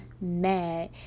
mad